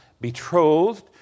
betrothed